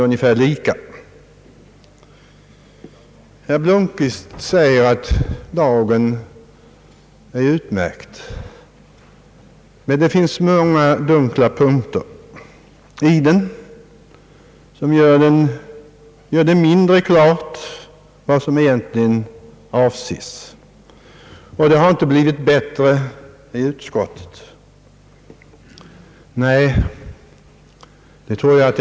Herr Blomquist säger att lagen är utmärkt. Det finns emellertid många dunkla punkter som gör det mindre klart vad som egentligen avses, och det har inte vunnits större klarhet under utskottsbehandlingen.